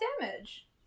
damage